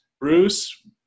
Bruce